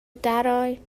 درای